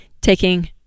taking